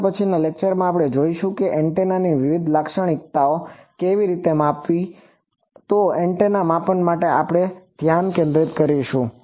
હવે પછીનાં લેક્ચરમાં આપણે જોઈશું કે એન્ટેનાની વિવિધ લાક્ષણિકતાઓ કેવી રીતે માપવી તો એન્ટેના માપન પર આપણે ત્યાં ધ્યાન કેન્દ્રિત કરીશું